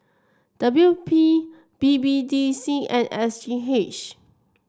W P B B D C and S G H